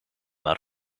maar